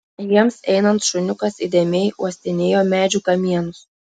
jiems einant šuniukas įdėmiai uostinėjo medžių kamienus